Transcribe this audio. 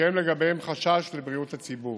ומתקיים לגביהם חשש לבריאות הציבור.